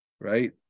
Right